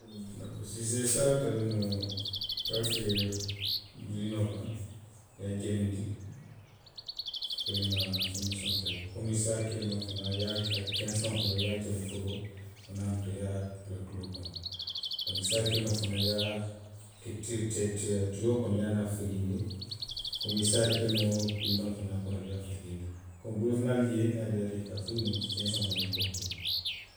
Dakoori, siisee i se a tabi noo baake duwiliinoo kono. i ye a janindi, aperee i ye naa feŋ meseŋolu ke a kaŋ komiŋ i se a ke noo fanaŋ i ye a keseŋo fanaŋ, i ye a jani foloo. i ye naa a muta i ye a bula tuloo kono. Donku i se a ke noo fanaŋ i ye a ke ti, tiya, tiyoo kono i ye a niŋ a fajindi, komiŋ i se a ke noo tulu wuleŋo fanaŋ kono le i ye a fajindi. Komiŋ doolu fanaŋ bi jee. niŋ a diiyaata i ye i ka a faji noo jii keseŋo kono le i ye koo ke a kaŋ